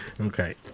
Okay